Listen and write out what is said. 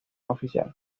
oficial